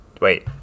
Wait